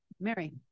Mary